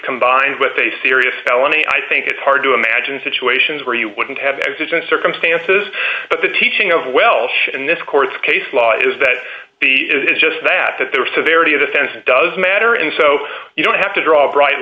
combined with a serious felony i think it's hard to imagine situations where you wouldn't have evidence circumstances but the teaching of welsh in this court case law is that the it is just that that there was a varity of the fence does matter and so you don't have to draw a bright